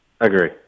Agree